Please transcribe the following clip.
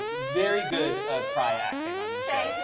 very good cry acting on this show.